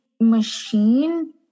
machine